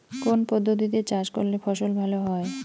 কোন পদ্ধতিতে চাষ করলে ফসল ভালো হয়?